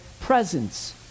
presence